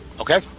Okay